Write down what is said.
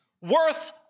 worth